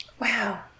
Wow